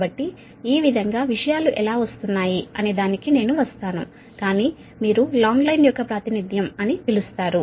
కాబట్టి ఈ విలువలు ఎలా వస్తున్నాయి అనే దానికి వద్దాము కాని మీరు ఈ విధంగా ని ఉపయోగించి లాంగ్ లైన్ ని వివరిస్తున్నారు